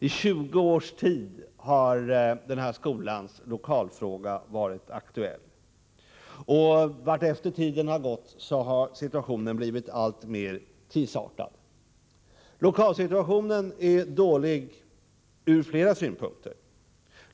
I 20 års tid har skolans lokalfråga varit aktuell. Situationen har blivit alltmer krisartad vartefter tiden har gått. Lokalsituationen är dålig ur flera synpunkter.